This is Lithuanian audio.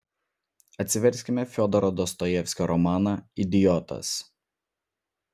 atsiverskime fiodoro dostojevskio romaną idiotas